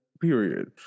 Period